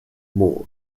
more